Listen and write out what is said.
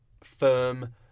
firm